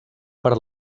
per